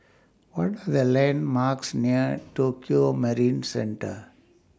What Are The landmarks near Tokio Marine Centre